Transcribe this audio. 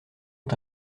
ont